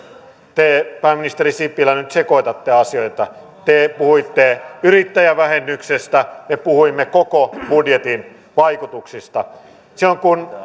te pääministeri sipilä nyt sekoitatte asioita te puhuitte yrittäjävähennyksestä me puhuimme koko budjetin vaikutuksista silloin kun